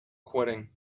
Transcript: quitting